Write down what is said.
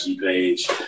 page